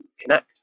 connect